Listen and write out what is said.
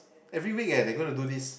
every week eh they gonna do this